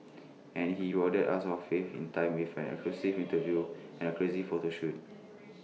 and he rewarded us for our faith in him with an exclusive interview and A crazy photo shoot